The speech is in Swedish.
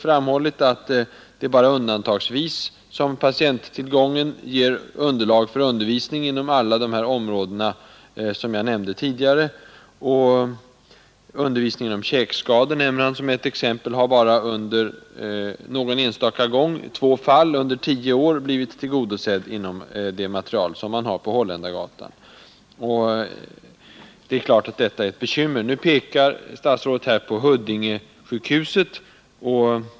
framhållit att patienttillgången bara undantagsvis ger underlag för undervisning inom alla de områden som jag nämnde tidigare. Som exempel nämner han att undervisningen beträffande käkskador bara någon enstaka gång — i två fall under tio år — blivit tillgodosedd inom det material man har tillgång till på Holländargatan. Det är klart att detta är ett bekymmer. Nu pekar statsrådet på Huddinge sjukhus.